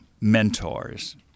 mentors